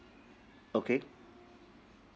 okay